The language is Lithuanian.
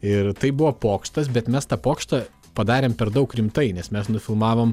ir tai buvo pokštas bet mes tą pokštą padarėm per daug rimtai nes mes nufilmavom